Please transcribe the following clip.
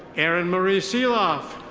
erin marie seelhoff.